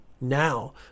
now